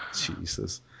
Jesus